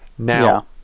Now